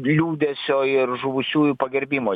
liūdesio ir žuvusiųjų pagerbimo